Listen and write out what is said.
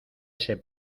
ese